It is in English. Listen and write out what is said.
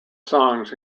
songs